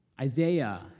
Isaiah